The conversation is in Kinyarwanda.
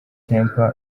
temple